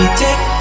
take